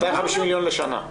250 מיליון לשנה.